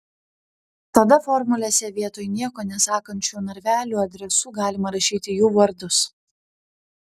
tada formulėse vietoj nieko nesakančių narvelių adresų galima rašyti jų vardus